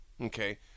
Okay